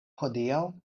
hodiaŭ